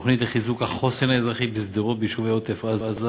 התוכנית לחיזוק החוסן האזרחי בשדרות וביישובי עוטף-עזה